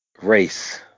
Race